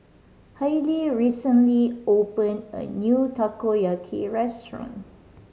Hailie recently opened a new Takoyaki restaurant